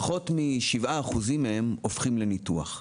פחות מ-7% מהם הופכים לניתוח.